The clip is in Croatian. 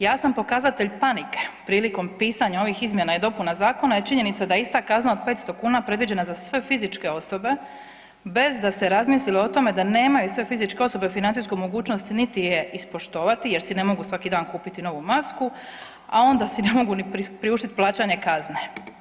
Ja sam pokazatelj panike prilikom pisanja ovih izmjena i dopuna zakona je činjenica da ista kazna od 500 kuna predviđena za sve fizičke osobe bez da se razmislilo o tome da nemaju sve fizičke osobe financijsku mogućnost niti je ispoštovati jer si ne mogu svaki dan kupiti novu masku, a onda si ne mogu ni priuštiti plaćanje kazne.